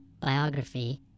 Biography